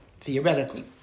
theoretically